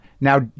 Now